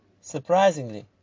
surprisingly